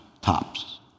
tops